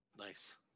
Nice